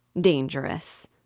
dangerous